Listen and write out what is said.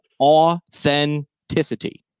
Authenticity